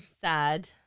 sad